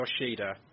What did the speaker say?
Yoshida